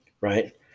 Right